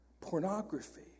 pornography